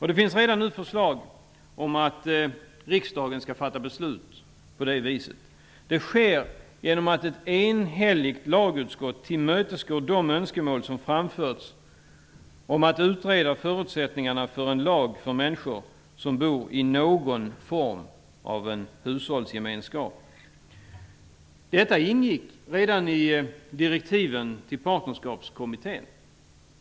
Det finns redan nu förslag om att riksdagen skall fatta beslut på det viset. Det sker genom att ett enhälligt lagutskott tillmötesgår de önskemål som framförts om att utreda förutsättningarna för en lag för människor som bor i någon form av en hushållsgemenskap. Detta ingick redan i direktiven till Partnerskapskommittén.